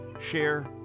share